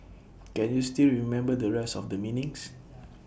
can you still remember the rest of the meanings